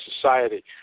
society